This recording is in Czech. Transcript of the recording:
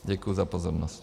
Děkuji za pozornost.